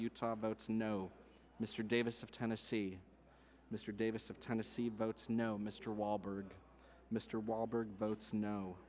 utah votes no mr davis of tennessee mr davis of tennessee votes no mr walberg mr walberg votes no